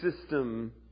system